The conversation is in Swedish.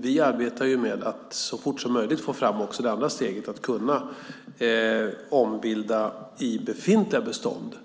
vi arbetar med att så fort som möjligt få fram också det andra steget, nämligen att kunna ombilda i befintliga bestånd.